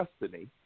destiny